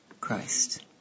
Christ